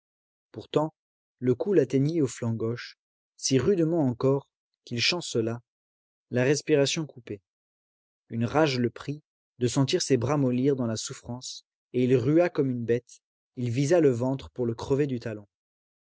pourtant le coup l'atteignit au flanc gauche si rudement encore qu'il chancela la respiration coupée une rage le prit de sentir ses bras mollir dans la souffrance et il rua comme une bête il visa le ventre pour le crever du talon